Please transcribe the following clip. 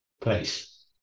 place